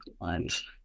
lines